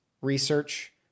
research